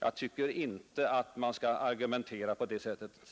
Jag tycker inte man skall argumentera på det sättet.